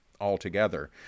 altogether